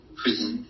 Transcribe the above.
prison